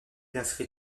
inscrit